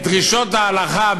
את דרישות ההלכה,